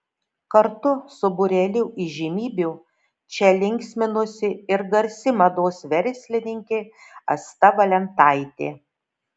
kartu su būreliu įžymybių čia linksminosi ir garsi mados verslininkė asta valentaitė